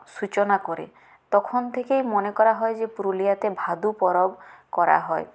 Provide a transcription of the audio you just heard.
সূচনা করে তখন থেকেই মনে করা হয় যে পুরুলিয়াতে ভাদু পরব করা হয়